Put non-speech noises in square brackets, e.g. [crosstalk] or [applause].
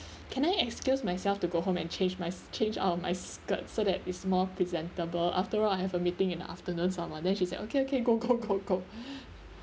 can I excuse myself to go home and change my change out of my skirt so that is more presentable after all I have a meeting in the afternoon some more then she said okay okay go go go go [breath]